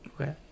okay